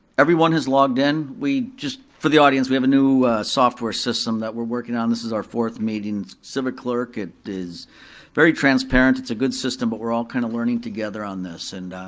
everyone has logged in, we just, for the audience, we have a new software system that we're working on, this is our fourth meeting, civic clerk, it is very transparent, it's a good system, but we're all kinda learning together on this. and